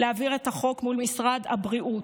להעביר את החוק מול משרד הבריאות,